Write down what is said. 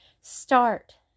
start